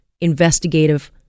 investigative